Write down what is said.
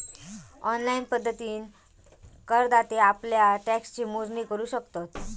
online पद्धतीन करदाते आप्ल्या टॅक्सची मोजणी करू शकतत